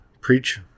preach